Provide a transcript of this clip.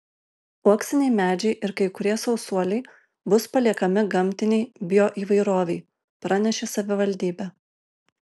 uoksiniai medžiai ir kai kurie sausuoliai bus paliekami gamtinei bioįvairovei pranešė savivaldybė